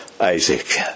Isaac